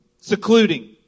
secluding